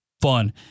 fun